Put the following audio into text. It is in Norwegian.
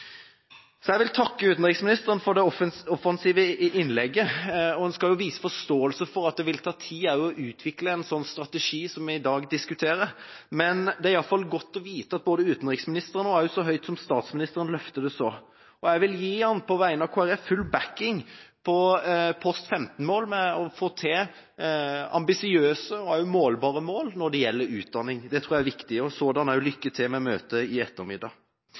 Jeg vil takke utenriksministeren for det offensive innlegget. En skal vise forståelse for at det vil ta tid å utvikle en sånn strategi som vi i dag diskuterer, men det er i alle fall godt å vite at både utenriksministeren og til og med statsministeren løfter det fram. Jeg vil, på vegne av Kristelig Folkeparti, gi ham full bakking på post 15-mål med å få til ambisiøse og også målbare mål når det gjelder utdanning. Det tror jeg er viktig. Og lykke til med møtet i ettermiddag!